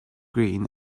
green